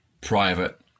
private